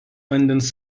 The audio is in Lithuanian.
vandens